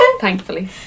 Thankfully